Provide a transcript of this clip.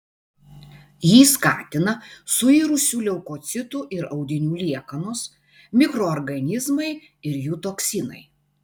jį skatina suirusių leukocitų ir audinių liekanos mikroorganizmai ir jų toksinai